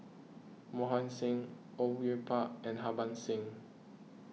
Mohan Singh Au Yue Pak and Harbans Singh